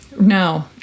No